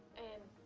and